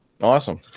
awesome